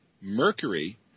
mercury